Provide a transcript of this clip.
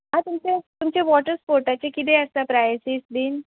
आं तुमचे तुमचे वॉटर स्पोर्टाचे किदें आसता प्रायसीस बीन